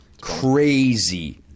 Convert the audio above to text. Crazy